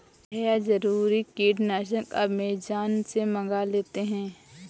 भैया जरूरी कीटनाशक अमेजॉन से मंगा लेते हैं